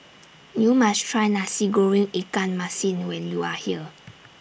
YOU must Try Nasi Goreng Ikan Masin when YOU Are here